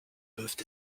peuvent